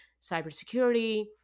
cybersecurity